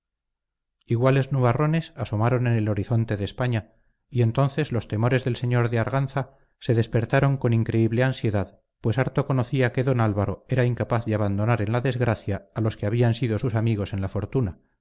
temple iguales nubarrones asomaron en el horizonte de españa y entonces los temores del señor de arganza se despertaron con increíble ansiedad pues harto conocía que don álvaro era incapaz de abandonar en la desgracia a los que habían sido sus amigos en la fortuna